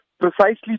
precisely